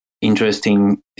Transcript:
interesting